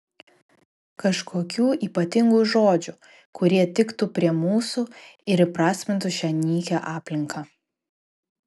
kažkokių ypatingų žodžių kurie tiktų prie mūsų ir įprasmintų šią nykią aplinką